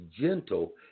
gentle